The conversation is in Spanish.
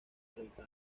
treinta